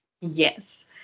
Yes